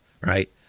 Right